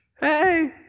Hey